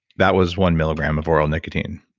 that was one milligram of oral nicotine.